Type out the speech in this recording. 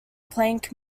plank